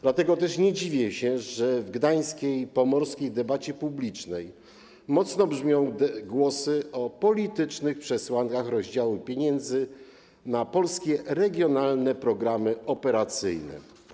Dlatego też nie dziwię się, że w gdańskiej i pomorskiej debacie publicznej mocno brzmią głosy o politycznych przesłankach rozdziału pieniędzy na polskie regionalne programy operacyjne.